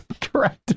Correct